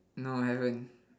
no I haven't